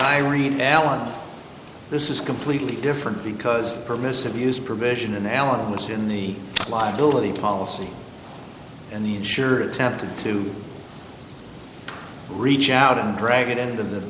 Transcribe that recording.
read alan this is completely different because permissive use provision in alice in the liability policy and the insurer attempted to reach out and drag it into the